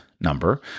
number